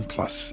Plus